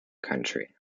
county